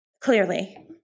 clearly